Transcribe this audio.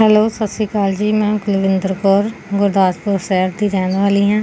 hello ਸਤਿ ਸ਼੍ਰੀ ਅਕਾਲ ਜੀ ਮੈਂ ਕੁਲਵਿੰਦਰ ਕੌਰ ਗੁਰਦਾਸਪੁਰ ਸ਼ਹਿਰ ਦੀ ਰਹਿਣ ਵਾਲੀ ਹਾਂ